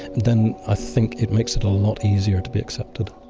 then i think it makes it a lot easier to be accepted